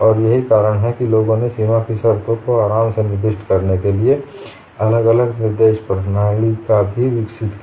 और यही कारण है कि लोगों ने सीमा की शर्तों को आराम से निर्दिष्ट करने के लिए अलग अलग निर्देशाँक प्रणाली भी विकसित की